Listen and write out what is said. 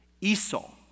Esau